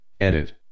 Edit